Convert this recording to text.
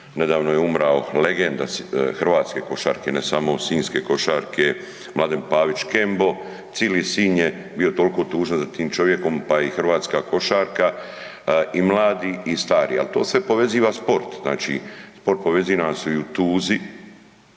nedavno je umor legenda hrvatske košarke, ne samo sinjske košarke Mladen Pavić Škembo, cijeli Sinj je bio toliko tužan za tim čovjekom pa i hrvatska košarka, i mladi i stari ali to sve poveziva sport, znači sport povezuje nas i u tuzi